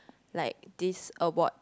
like this award